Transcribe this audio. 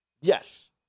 yes